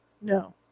No